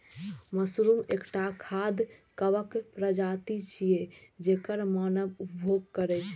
mushroom एकटा खाद्य कवक प्रजाति छियै, जेकर मानव उपभोग करै छै